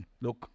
look